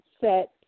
set